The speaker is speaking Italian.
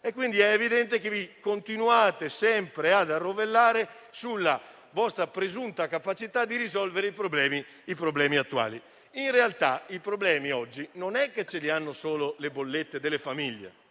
È evidente che continuate sempre ad arrovellarvi sulla vostra presunta capacità di risolvere i problemi attuali. In realtà, i problemi oggi non è che vengono solo dalle bollette delle famiglie.